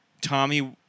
Tommy